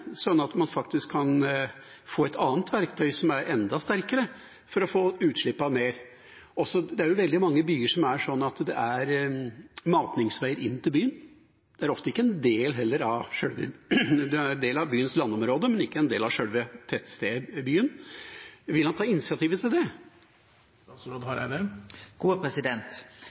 få et annet verktøy som er enda sterkere for å få utslippene ned? Det er jo veldig mange byer der det er matningsvei inn til byen – det er en del av byens landområde, men ofte ikke en del av selve tettstedet, byen. Vil han ta initiativ til det?